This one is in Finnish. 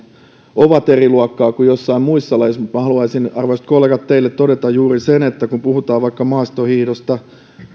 ovat eri luokkaa kuin joissain muissa lajeissa mutta minä haluaisin arvoisat kollegat teille todeta juuri sen että kun puhutaan vaikka maastohiihdosta